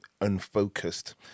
unfocused